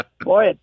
boy